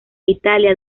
italia